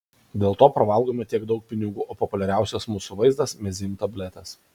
dėl to pravalgome tiek daug pinigų o populiariausias mūsų vaistas mezym tabletės